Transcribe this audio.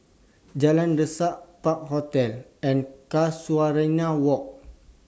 Jalan Resak Park Hotel and Casuarina Walk